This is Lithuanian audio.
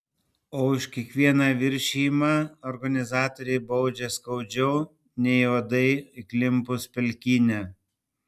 o už kiekvieną viršijimą organizatoriai baudžia skaudžiau nei uodai įklimpus pelkyne